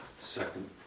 Second